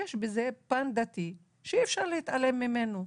יש פן דתי שאי אפשר להתעלם ממנו.